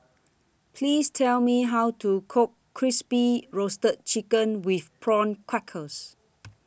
Please Tell Me How to Cook Crispy Roasted Chicken with Prawn Crackers